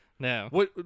No